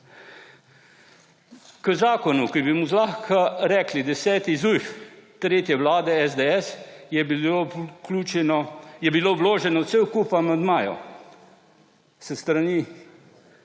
K zakonu, ki bi mu zlahka rekli deseti zujf tretje vlade SDS, je bilo vključenih cel kup amandmajev s strani